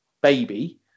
baby